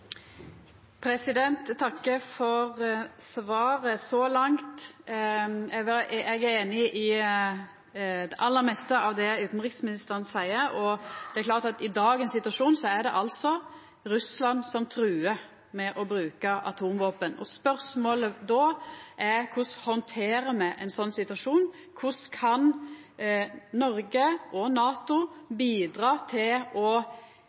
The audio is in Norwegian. Eg takkar for svaret så langt. Eg er einig i det aller meste av det utanriksministeren seier, og det er klart at i dagens situasjon er det Russland som truar med å bruka atomvåpen. Spørsmålet då er korleis me handterer ein slik situasjon – korleis kan Noreg og NATO bidra til snarare å